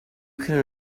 can